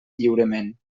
lliurement